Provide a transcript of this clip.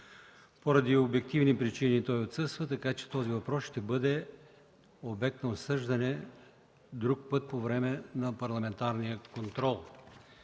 Поради обективни причини той отсъства, така че въпросът ще бъде обект на обсъждане друг път по време на парламентарния контрол.